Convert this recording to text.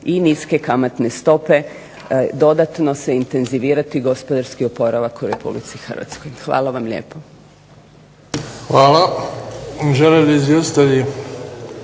i niske kamatne stope dodatno se intenzivirati gospodarski oporavak u Republici Hrvatskoj. Hvala vam lijepo.